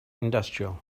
industrial